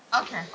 Okay